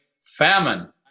famine